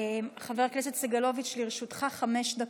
חבר הכנסת סגלוביץ', לרשותך חמש דקות,